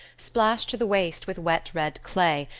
splashed to the waist with wet red clay,